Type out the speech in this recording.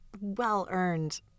well-earned